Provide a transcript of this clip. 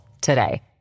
today